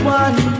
one